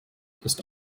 ist